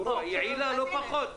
יעילה לא פחות.